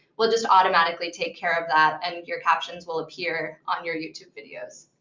we'll just automatically take care of that, and your captions will appear on your youtube videos.